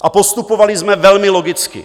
A postupovali jsme velmi logicky.